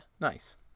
Nice